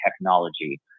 technology